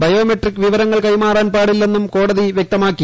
biometric വിവരങ്ങൾ കൈമാറാൻ പാടില്ലെന്നും കോടതി വ്യക്തമാക്കി